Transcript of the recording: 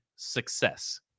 success